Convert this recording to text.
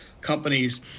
companies